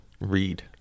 read